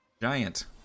giant